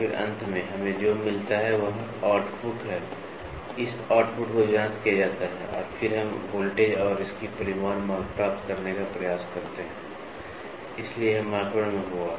और फिर अंत में हमें जो मिलता है वह आउटपुट है इस आउटपुट को जांच किया जाता है और फिर हम वोल्टेज और इसकी परिमाण प्राप्त करने का प्रयास करते हैं इसलिए यह माइक्रोन में होगा